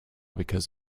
because